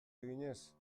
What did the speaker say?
eginez